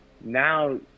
now